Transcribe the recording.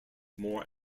more